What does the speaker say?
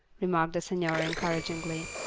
remarked the signora encouragingly.